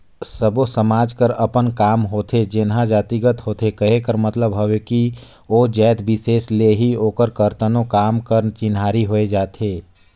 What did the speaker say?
सब्बो समाज कर अपन काम होथे जेनहा जातिगत होथे कहे कर मतलब हवे कि ओ जाएत बिसेस ले ही ओकर करतनो काम कर चिन्हारी होए जाथे